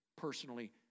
personally